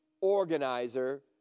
organizer